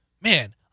Man